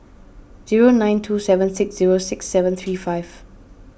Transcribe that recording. zero nine two seven six zero six seven three five